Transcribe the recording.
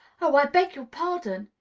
of? i beg your pardon,